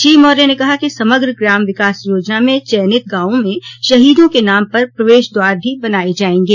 श्री मौर्य ने कहा कि समग्र ग्राम विकास योजना में चयनित गॉवों में शहीदों के नाम पर प्रवश द्वार भी बनाये जायें गें